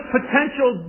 potential